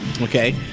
Okay